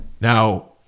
Now